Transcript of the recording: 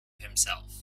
himself